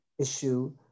issue